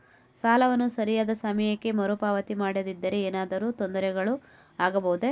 ಸಾಲವನ್ನು ಸರಿಯಾದ ಸಮಯಕ್ಕೆ ಮರುಪಾವತಿ ಮಾಡದಿದ್ದರೆ ಏನಾದರೂ ತೊಂದರೆಗಳು ಆಗಬಹುದೇ?